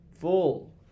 full